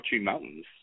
Mountains